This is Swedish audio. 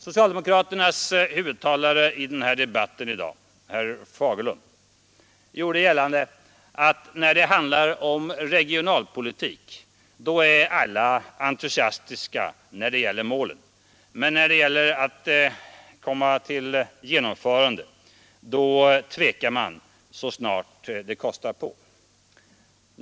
Socialdemokraternas talesman i denna debatt i dag, herr Fagerlund, gjorde gällande att när det handlar om regionalpolitik är alla entusiastiska i fråga om målen, men när de skall komma till genomförande tvekar man så snart det kostar på.